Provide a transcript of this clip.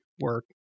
work